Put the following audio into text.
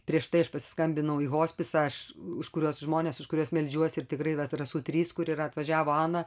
prieš tai aš pasiskambinau į hospisą aš už kuriuos žmones už kuriuos meldžiuosi ir tikrai tas rasų trys kur yra atvažiavo ana